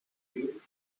you